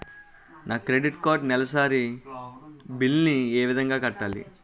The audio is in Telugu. నా క్రెడిట్ కార్డ్ నెలసరి బిల్ ని ఏ విధంగా కట్టాలి?